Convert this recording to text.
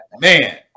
man